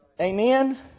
Amen